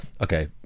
Okay